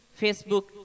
Facebook